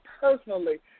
personally